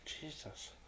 Jesus